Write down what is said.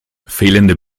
fehlende